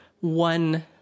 one